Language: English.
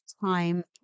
time